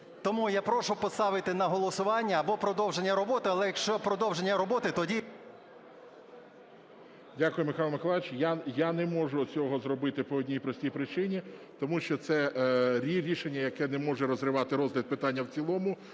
Тому я прошу поставити на голосування або продовження роботи, але якщо продовження роботи, тоді… ГОЛОВУЮЧИЙ. Дякую, Михайле Миколайовичу. Я не можу цього зробити по одній простій причині: тому що це рішення, яке не може розривати розгляд питання в цілому.